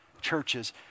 churches